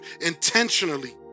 intentionally